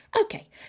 Okay